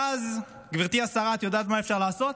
ואז, גברתי השרה, את יודעת מה אפשר לעשות?